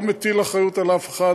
אני לא מטיל אחריות על אף אחד,